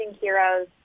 heroes